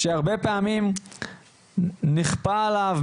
שהרבה פעמים נכפה עליו,